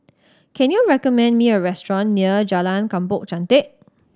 can you recommend me a restaurant near Jalan Kampong Chantek